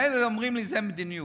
מילא אומרים לי זו מדיניות.